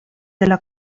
della